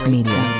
Media